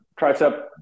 tricep